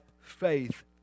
faith